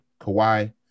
Kawhi